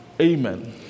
Amen